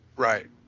Right